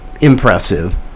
impressive